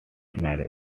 marriage